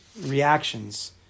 reactions